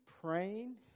praying